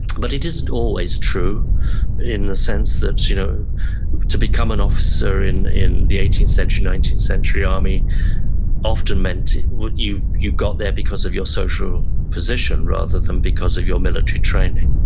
but it isn't always true in the sense that you know to become an officer in in the eighteenth century, nineteenth century army often meant you you got there because of your social position rather than because of your military training.